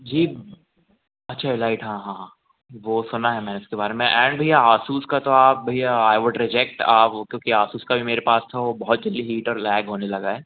जी अच्छा राइट हाँ हाँ हाँ वो सुना है मैंने उसके बारे मैं एंड भैया आसुस का तो आप भैया आई वुड रिजेक्ट वो क्योंकि आसुस का भी मेरे पास था वो बहुत जल्दी हीट और लैग होने लगा है